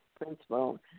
principal